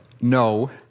No